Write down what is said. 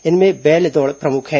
इनमें बैल दौड़ प्रमुख है